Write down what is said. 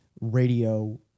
radio